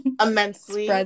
immensely